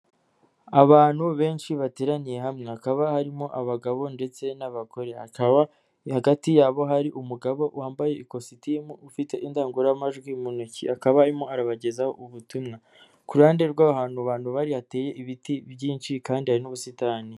Abantu benshi bateraniye hamwe, hakaba harimo abagabo ndetse n'abagore, hakaba hagati yabo hari umugabo wambaye ikositimu, ufite indangururamajwi mu ntoki, akaba arimo arabagezaho ubutumwa, ku ruhande rw'aho hantu abantu bari, hateye ibiti byinshi kandi hari n'ubusitani.